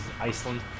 Iceland